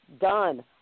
Done